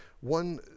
one